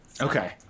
Okay